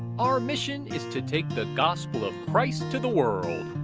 our mission is to take the gospel of christ to the world,